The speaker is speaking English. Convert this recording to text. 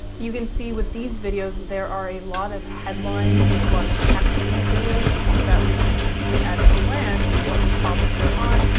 you can see with these videos, there are a lot of headlines. there's a lot of text in the videos so that we can see at a glance what the topics are on.